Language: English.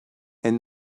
and